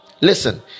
Listen